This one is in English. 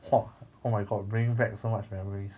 !wah! oh my god bring back so much memories